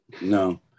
no